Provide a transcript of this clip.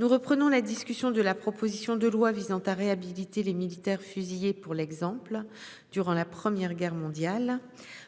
Nous reprenons la discussion de la proposition de loi visant à réhabiliter les militaires fusillés pour l'exemple. Durant la première guerre mondiale.